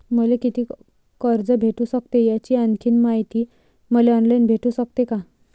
मले कितीक कर्ज भेटू सकते, याची आणखीन मायती मले ऑनलाईन भेटू सकते का?